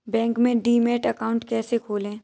Bank में demat account कैसे खोलें?